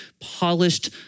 polished